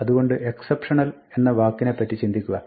അതുകൊണ്ട് എക്സപ്ഷണൽ എന്ന വാക്കിനെപ്പറ്റി ചിന്തിക്കുക